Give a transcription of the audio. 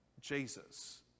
Jesus